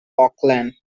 auckland